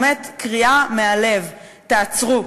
באמת קריאה מהלב: תעצרו,